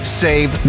save